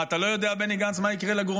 מה, אתה לא יודע, בני גנץ, מה יקרה לגורמים?